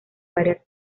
varias